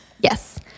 Yes